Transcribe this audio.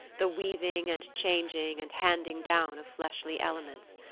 the weaving and changing and handing down of fleshly elements.